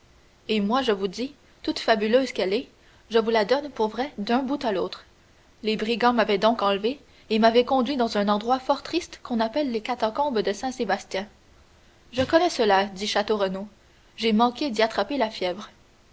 et moi je vous dis toute fabuleuse qu'elle est que je vous la donne pour vraie d'un bout à l'autre les brigands m'avaient donc enlevé et m'avaient conduit dans un endroit fort triste qu'on appelle les catacombes de saint sébastien je connais cela dit château renaud j'ai manqué d'y attraper la fièvre